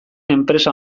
enpresa